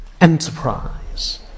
enterprise